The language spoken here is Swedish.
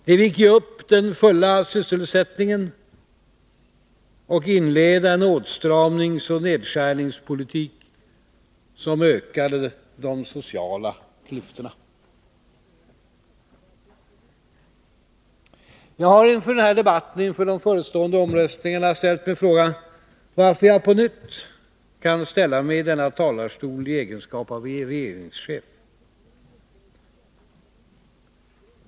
De fick ge upp den fulla sysselsättningen och inleda en åtstramningsoch nedskärningspolitik som ökade de sociala klyftorna. Jag har, inför den här debatten och inför de förestående omröstningarna, ställt mig frågan varför jag på nytt kan ställa mig i denna talarstol i egenskap av regeringschef.